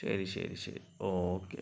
ശരി ശരി ശരി ഓക്കെ